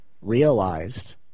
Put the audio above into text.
realized